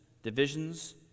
Divisions